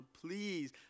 please